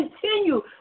continue